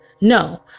No